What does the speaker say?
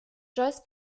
joyce